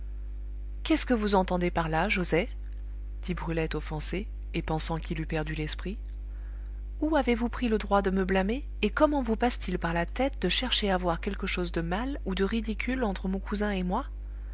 qu'est-ce que vous entendez par là joset dit brulette offensée et pensant qu'il eût perdu l'esprit où avez-vous pris le droit de me blâmer et comment vous passe-t-il par la tête de chercher à voir quelque chose de mal ou de ridicule entre mon cousin et moi